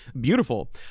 Beautiful